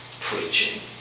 preaching